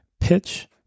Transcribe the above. pitch